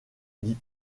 dit